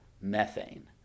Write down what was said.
methane